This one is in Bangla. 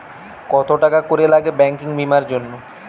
কত টাকা করে লাগে ব্যাঙ্কিং বিমার জন্য?